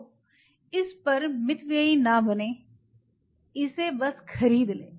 तो इस पर मितव्ययी न बनें इसे बस खरीद लें